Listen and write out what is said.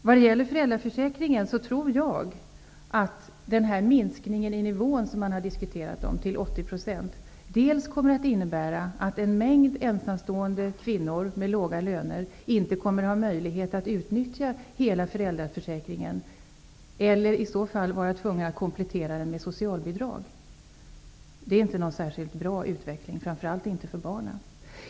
Vad gäller föräldraförsäkringen, tror jag att den sänkning av ersättningsnivån till 80 % som har diskuterats kommer att innebära att en mängd ensamstående kvinnor med låga löner inte har möjlighet att utnyttja hela föräldraförsäkringen eller är tvungna att komplettera den med socialbidrag. Det är inte någon särskilt bra utveckling, framför allt inte för barnen.